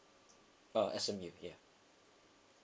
uh S_M_U yeah